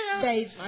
save